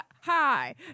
Hi